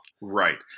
Right